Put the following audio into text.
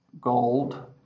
gold